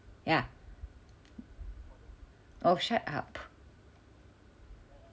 ya oh shut up